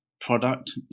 product